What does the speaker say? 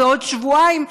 בעוד שבועיים,